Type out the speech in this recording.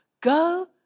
Go